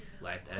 life